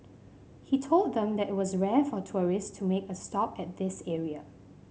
he told them that it was rare for tourist to make a stop at this area